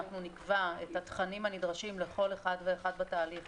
אנחנו נקבע את התכנים הנדרשים לכל אחד ואחד בתהליך